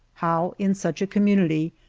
how, in such a community,